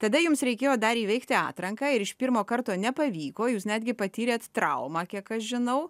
tada jums reikėjo dar įveikti atranką ir iš pirmo karto nepavyko jūs netgi patyrėt traumą kiek aš žinau